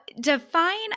define